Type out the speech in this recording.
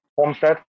Homestead